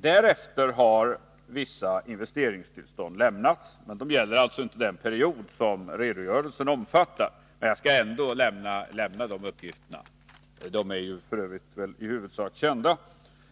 Därefter har vissa investeringstillstånd lämnats, men de gäller alltså inte den period som redogörelsen omfattar. Jag skall emellertid lämna de uppgifterna ändå. De är f. ö. i huvudsak kända.